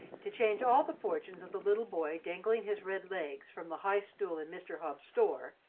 to change all the fortunes of the little boy dangling his red legs from the high stool in mr. hobbs's store,